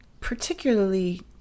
particularly